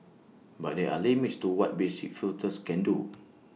but there are limits to what basic filters can do